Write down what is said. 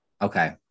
Okay